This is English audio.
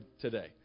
today